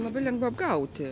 labai lengva apgauti